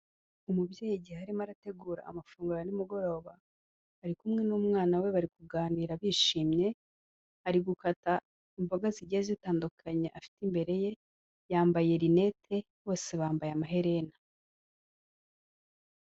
Umubyeyi igihe arimo arategura amafunguro ya nimugoroba, ari kumwe n'umwana we bari kuganira bishimye, ari gukata imboga zigiye zitandukanye afite imbere ye, yambaye rinete, bose bambaye amaherena.